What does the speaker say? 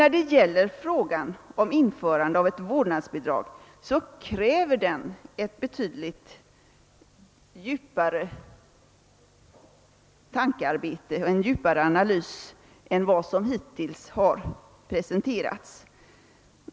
Däremot kräver frågan om införande av vårdnadsbidrag ett betydligt djupare tankearbete och en djupare analys än vad som hittills presterats.